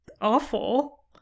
awful